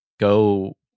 Go